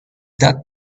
that